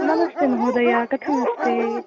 नमस्ते महोदय कथमस्ति